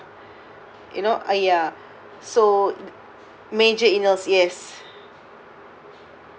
you know !aiya! so major illnesses